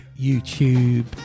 youtube